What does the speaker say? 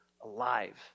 alive